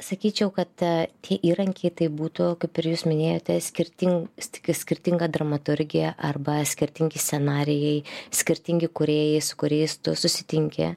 sakyčiau kad tie įrankiai tai būtų kaip ir jūs minėjote skirtin tiki skirtingą dramaturgiją arba skirtingi scenarijai skirtingi kūrėjai su kuriais tu susitinki